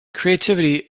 creativity